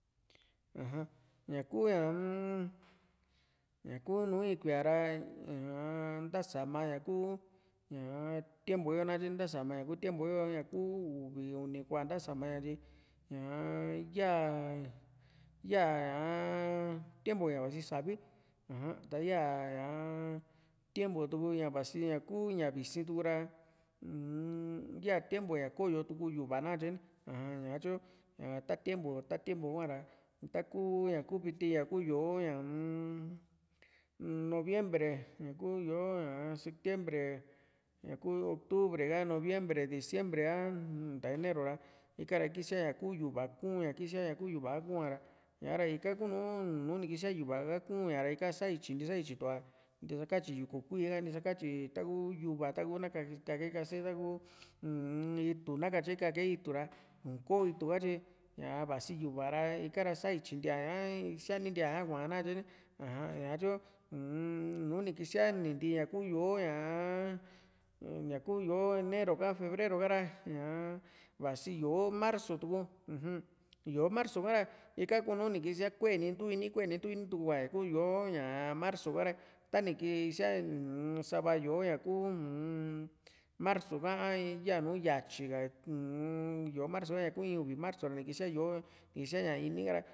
aja ñaku ñaa-m ñakunu in kuía ra ñaa-m ntasama ña ku ñaa tiempu yo nakatye ni ntasama ña ku tiempu yo ñaa kuu uvi uni ku+a ntasama ña tyi ñaa yaa ya´ñaa tiempu ña vasi savi aja ta ya ñaa tiempu tuku ña vasi ña kuu ña visi tuku ra uu-m ya tiempo ña ko´yo tuku yu´va nakatye ni aja ñatyu ta tiempu ta tiempu hua ra taku ña kuu viti ña ku yó´o ñaa-m noviembre ñaku yó´o sectiembre ñaku octubre ka noviembre diciembre ha nta enero ra ika ra kisia ña kuu yu´va kuu´ña kisíaa ña ku yu´va kua´ra ña´ra ika kuu nùù ni kisíaa yu´va kuu´n ña ra ika saityinti saityi tu´a ntisakatyi yuku kuíí ha ntisakatyi taku yuva taku na kake kase taku uu-m itu na katye kake itu ra ni kò´o itu ha tyi ñaa vasi yu´va ra ika´ra sa íityi´a ntiaa´ña síani ntiá ñaa na katye ni aja ñatyu uu-m nuni kisíaa ni ntii ña kuu yó´o ñaa ñaku yó´o enero ka febrero ka ra ñaa vasi yó´o marzu tuku uja yó´o marzu ka ra ika kuu nùù ni kisíaa kueni ntu ini kue ni ntu ini tuku ña ku yó´o ñaa marzu ka´ra tani kisíaa mm sava yó´o ñaku u-m marzu ka a yanu yatyi ka u-m yó´o marzu ña ku in uvi marzu ra ni kisía yó´o ni kisía ña ini ka´ra